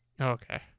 Okay